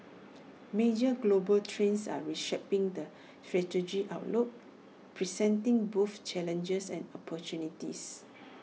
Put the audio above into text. major global trends are reshaping the strategic outlook presenting both challenges and opportunities